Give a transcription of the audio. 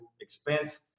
expense